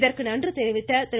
இதற்கு நன்றி தெரிவித்த திரு